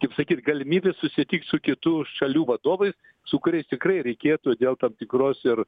kaip sakyt galimybės susitikt su kitų šalių vadovais su kuriais tikrai reikėtų dėl tam tikros ir